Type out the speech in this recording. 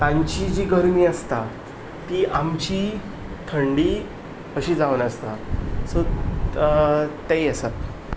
तांची जी गरमी आसता ती आमची थंडी अशी जावन आसता सो तेंय आसा